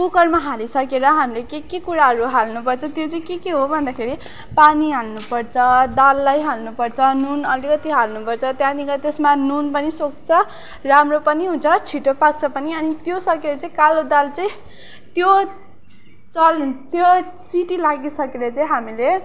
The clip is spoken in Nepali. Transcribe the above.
कुकरमा हालिसकेर हामीले के के कुराहरू हाल्नु पर्छ त्यो चाहिँ के के हो भन्दाखेरि पानी हाल्नु पर्छ दाललाई हाल्नु पर्छ नुन अलिकति हाल्नु पर्छ त्यहाँदेखि त्यसमा नुन पनि सुक्छ राम्रो पनि हुन्छ छिट्टो पाक्छ पनि अनि त्यो सकेर चाहिँ कालो दाल चाहिँ त्यो चल त्यो सिटी लागिसकेर चाहिँ हामीले